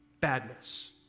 badness